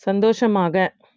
சந்தோஷமாக